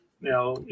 now